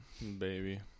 baby